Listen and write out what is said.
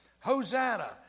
Hosanna